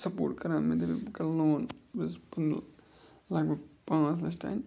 support کَران مےٚ دوٚپ بہٕ کَر لون بہٕ چھَس پَنُن لَگ بَگ پانٛژھ لَچھ تانۍ